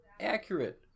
accurate